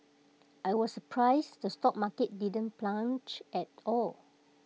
I was surprised the stock market didn't plunge at all